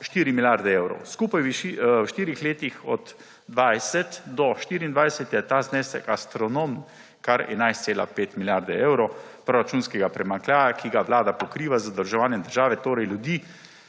4 milijarde evrov. Skupaj je v štirih letih, od 2020 do 2024, ta znesek astronomski, kar 11,5 milijarde evrov proračunskega primanjkljaja, ki ga Vlada pokriva z zadolževanjem države, torej ljudi,